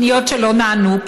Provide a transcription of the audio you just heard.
פניות שלא נענו,